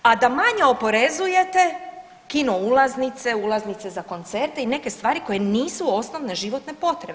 A da manje oporezujete kino ulaznice, ulaznice za koncerte i neke stvari koje nisu osnovne životne potrebe.